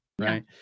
Right